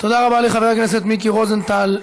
תודה רבה לחבר הכנסת מיקי רוזנטל.